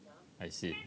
I see